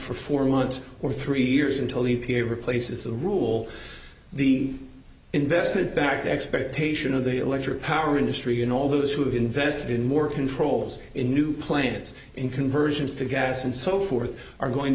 for four months or three years until e p a replaces the rule the investment back expectation of the electric power industry and all those who have invested in more controls in new plants and conversions to gas and so forth are going